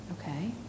Okay